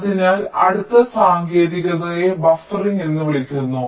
അതിനാൽ അടുത്ത സാങ്കേതികതയെ ബഫറിംഗ് എന്ന് വിളിക്കുന്നു